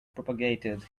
propagated